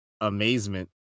amazement